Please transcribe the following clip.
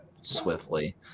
swiftly